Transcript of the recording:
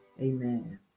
amen